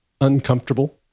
uncomfortable